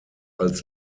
als